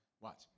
Watch